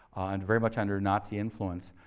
and very much under nazi influence,